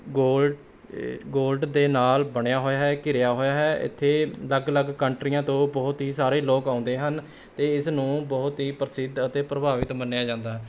gold ਇਹ gold ਦੇ ਨਾਲ ਬਣਿਆ ਹੋਇਆ ਹੈ ਘਿਰਿਆ ਹੋਇਆ ਹੈ ਇੱਥੇ ਅਲੱਗ ਅਲੱਗ ਕੰਟਰੀਆਂ ਤੋਂ ਬਹੁਤ ਹੀ ਸਾਰੇ ਲੋਕ ਆਉਂਦੇ ਹਨ ਅਤੇ ਇਸ ਨੂੰ ਬਹੁਤ ਹੀ ਪ੍ਰਸਿੱਧ ਅਤੇ ਪ੍ਰਭਾਵਿਤ ਮੰਨਿਆ ਜਾਂਦਾ ਹੈ